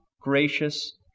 gracious